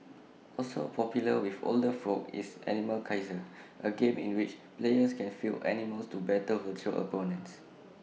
also popular with older folk is animal Kaiser A game in which players can field animals to battle virtual opponents